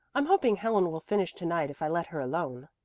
i'm hoping helen will finish to-night if i let her alone.